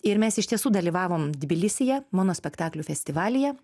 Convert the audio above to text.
ir mes iš tiesų dalyvavom tbilisyje monospektaklių festivalyje